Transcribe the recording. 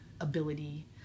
ability